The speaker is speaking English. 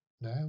now